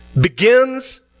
begins